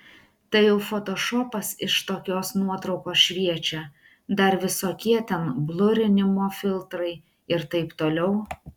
tai jau fotošopas iš tokios nuotraukos šviečia dar visokie ten blurinimo filtrai ir taip toliau